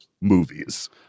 movies